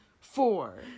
four